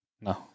No